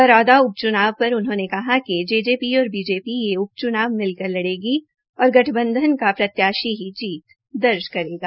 बरोदा उप च्नाव पर उन्होंने कहा कि जेजेपी और बीजीपी यह उप च्नाव मिलकर लड़ेगी और गठबधंन का प्रत्याशी ही जीत दर्ज करेगा